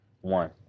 one